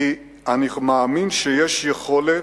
כי אני מאמין שיש יכולת,